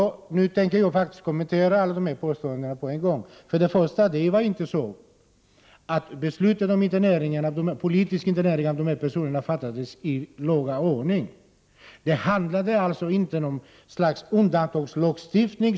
Nu tänker jag kommentera alla dessa påståenden på en gång. Det var inte så att besluten om internering av dessa personer fattades i laga ordning. Det handlade alltså inte om något slags undantagslagstiftning.